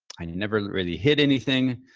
i never really hid anything.